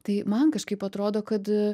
tai man kažkaip atrodo kad